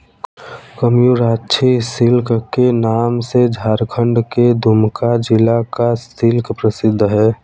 Mayurakshi silk के नाम से झारखण्ड के दुमका जिला का सिल्क प्रसिद्ध है